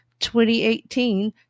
2018